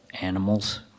animals